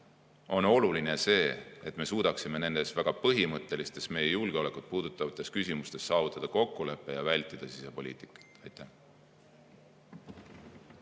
on oluline see, et me suudaksime nendes väga põhimõttelistes meie julgeolekut puudutavates küsimustes saavutada kokkuleppe ja vältida sisepoliitikat. Mihhail